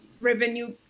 revenue